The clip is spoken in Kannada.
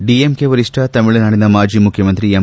ಡಿಎಂಕೆ ವರಿಷ್ಣ ತಮಿಳುನಾಡಿನ ಮಾಜಿ ಮುಖ್ಯಮಂತ್ರಿ ಎಂ